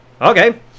Okay